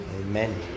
Amen